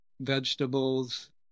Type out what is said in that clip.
vegetables